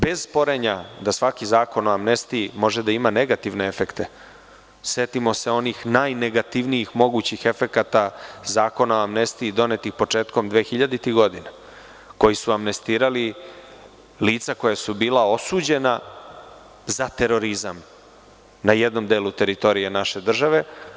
Bez sporenja da svaki zakon o amnestiji može da ima negativne efekte, setimo se onih najnegativnijih mogućih efekata Zakona o amnestiji donetih početkom 2000. godine, a koji su amnestirali lica koja su bila osuđena za terorizam na jednom delu teritorije naše države.